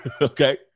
Okay